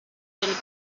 del